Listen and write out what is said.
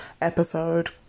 episode